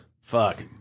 fuck